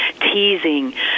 teasing